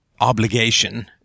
obligation